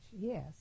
yes